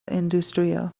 industrio